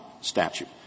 statute